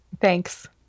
Thanks